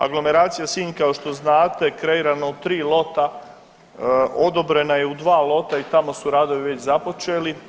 Aglomeracija Sinj kao što znate kreirana u tri lota, odobrena je u dva lota i tamo su radovi već započeli.